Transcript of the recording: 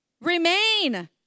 Remain